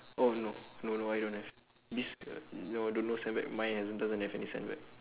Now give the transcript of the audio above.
oh no no no I don't have bes~ uh no don't know sandbag mine hasn't doesn't have any sand bag